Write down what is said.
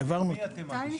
נגד מי אתם מגישים?